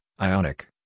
Ionic